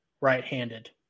right-handed